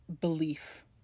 belief